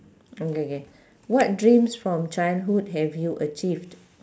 okay K what dreams from childhood have you achieved